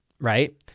Right